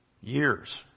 years